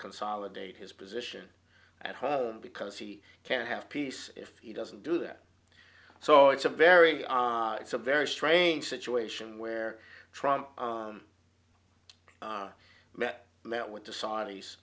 consolidate his position at home because he can't have peace if he doesn't do that so it's a very it's a very strange situation where trying met met with the saudis